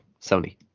Sony